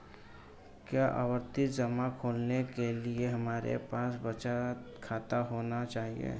क्या आवर्ती जमा खोलने के लिए हमारे पास बचत खाता होना चाहिए?